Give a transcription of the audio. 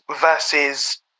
versus